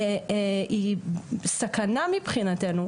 היא סכנה מבחינתנו.